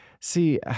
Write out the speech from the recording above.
See